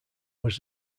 was